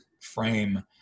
frame